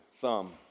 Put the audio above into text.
thumb